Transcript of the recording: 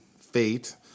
fate